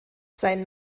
sein